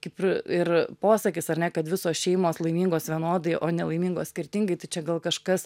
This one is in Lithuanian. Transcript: kaip ir ir posakis ar ne kad visos šeimos laimingos vienodai o nelaimingos skirtingai tai čia gal kažkas